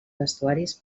vestuaris